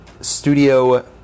Studio